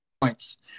points